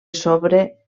sobre